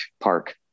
park